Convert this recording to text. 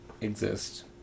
exist